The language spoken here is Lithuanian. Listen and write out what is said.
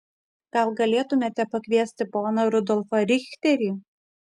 gal galėtumėte pakviesti poną rudolfą richterį